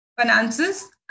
finances